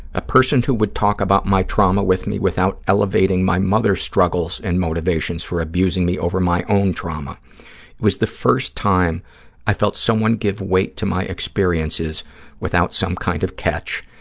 a person who would talk about my trauma with me without elevating my mother's struggles and motivations for abusing me over my own trauma. it was the first time i felt someone give weight to my experiences without some kind of catch,